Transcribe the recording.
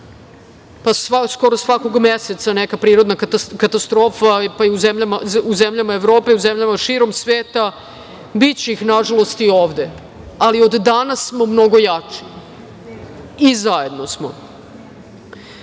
skoro svakog meseca neka prirodna katastrofa, pa i u zemljama Evrope, u zemljama širom sveta, biće ih nažalost i ovde, ali od danas smo mnogo jači i zajedno